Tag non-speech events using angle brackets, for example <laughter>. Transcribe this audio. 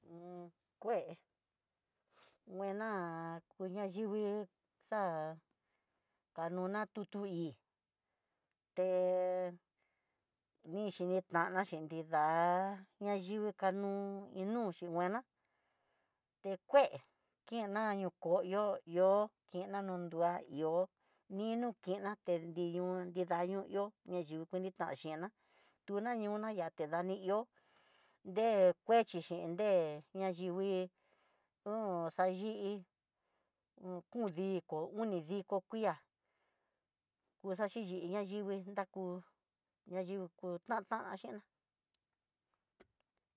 Un kué kuena kuña yivii xa'á, ka nuná tutuí é nixhinitana xhi nrida nayuka no'ó, hinoxhi ngueana te kuena teko ihó kena no nruá ihó nino kiná teño nrida yo ihó na yukuni taxhina tu tuña <hesitation> ña yate nadi ihó, de kuechi chin dé ña yivii, hu xayivii no kudiko unidiko ko kuiá uxaxhi yii ayivii, raku kayuku ta tanxhina.